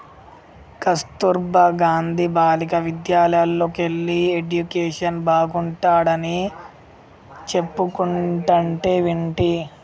కస్తుర్బా గాంధీ బాలికా విద్యాలయల్లోకెల్లి ఎడ్యుకేషన్ బాగుంటాడని చెప్పుకుంటంటే వింటి